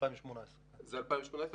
זה נכון ל-2018.